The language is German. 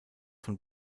von